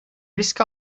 risk